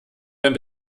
beim